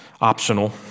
optional